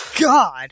God